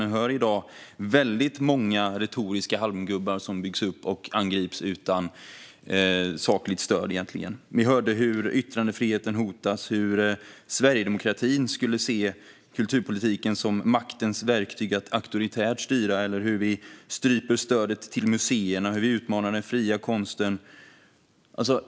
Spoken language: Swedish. Men i dag hör jag att väldigt många retoriska halmgubbar byggs upp och angrips utan egentligt sakligt stöd. Vi hörde att yttrandefriheten hotas, att sverigedemokratin skulle se kulturpolitiken som maktens verktyg att styra auktoritärt, att vi stryper stödet till museerna och att vi utmanar den fria konsten.